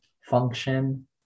function